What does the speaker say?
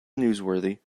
newsworthy